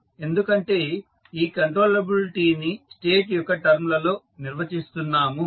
ఎందుకంటే ఈ కంట్రోలబిలిటీ ని స్టేట్ యొక్క టర్మ్ లలో నిర్వచిస్తున్నాము